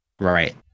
Right